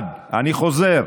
אני חוזר: